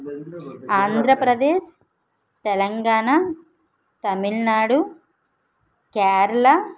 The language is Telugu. ఆంధ్రప్రదేశ్ తెలంగాణ తమిళనాడు కేరళ